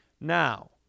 Now